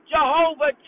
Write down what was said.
Jehovah